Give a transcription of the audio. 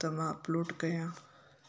त मां अपलोड कयां